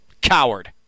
Coward